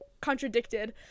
contradicted